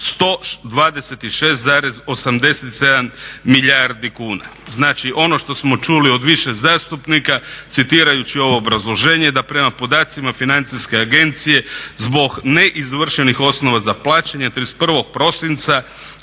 126,87 milijardi kuna." Znači ono što smo čuli od više zastupnika citirajući ovo obrazloženje da prema podacima financijske agencije zbog neizvršenih osnova za plaćanje 31. prosinca